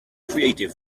creative